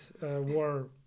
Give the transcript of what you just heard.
war